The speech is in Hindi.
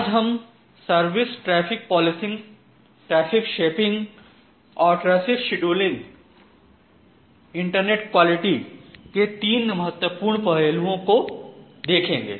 आज हम service traffic policing traffic shaping और ट्रैफिक शेड्यूलिंग इंटरनेट क्वालिटी के 3 महत्वपूर्ण पहलुओं को देखेंगे